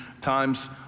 times